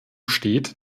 steht